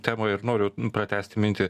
temą ir noriu pratęsti mintį